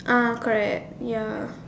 ah correct ya